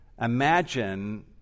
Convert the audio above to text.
Imagine